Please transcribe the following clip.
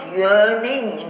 yearning